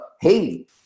hey